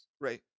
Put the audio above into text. Right